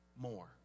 more